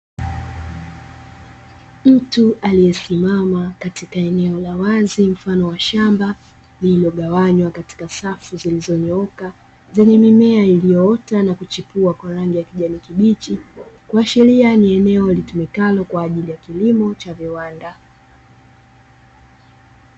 Mtu aliyesimama katika eneo la wazi mfano wa shamba, lililogawanywa katika safu zilizonyooka zenye mimea iliyoota na kuchipua kwa rangi ya kijani kibichi, kuashiria ni eneo litumikalo kwa ajili ya kilimo cha viwanda.